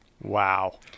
Wow